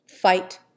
fight